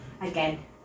again